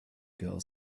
girl